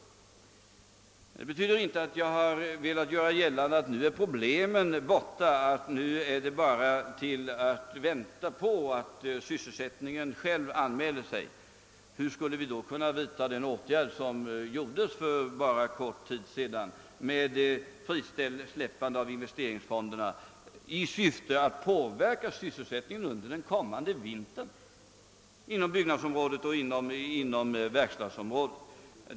Detta betyder inte att jag velat göra gällande att problemen nu är ur världen och att det bara är att vänta på att sysselsättningen anmäler sig själv. Varför skulle vi i så fall ha vidtagit åtgärden för bara en kort tid sedan att frisläppa investeringsfonderna i syfte att påverka sysselsättningen under den kommande vintern på byggnadsoch verkstadsområdena?